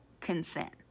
Consent